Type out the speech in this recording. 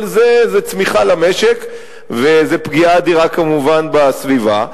כל זה זו צמיחה למשק ופגיעה אדירה, כמובן, בסביבה.